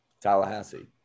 Tallahassee